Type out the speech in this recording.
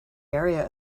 area